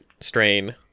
strain